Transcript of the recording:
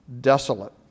desolate